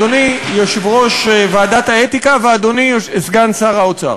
אדוני יושב-ראש ועדת האתיקה ואדוני סגן שר האוצר,